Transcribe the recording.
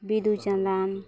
Bidu Chandan